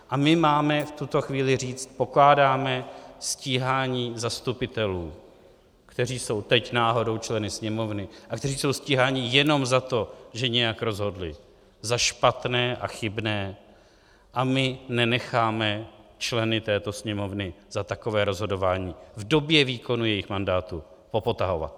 A my máme v tuto chvíli říct: pokládáme stíhání zastupitelů, kteří jsou teď náhodou členy Sněmovny a kteří jsou stíháni jenom za to, že nějak rozhodli, za špatné a chybné, a my nenecháme členy této Sněmovny za takové rozhodování v době výkonu jejich mandátu popotahovat.